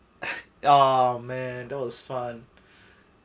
ah man that was fun